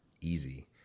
easy